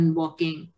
walking